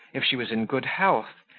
if she was in good health,